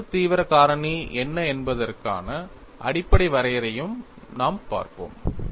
அழுத்த தீவிரக் காரணி என்ன என்பதற்கான அடிப்படை வரையறையையும் நாம் பார்ப்போம்